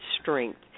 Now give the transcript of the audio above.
strength